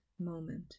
moment